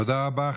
תודה רבה.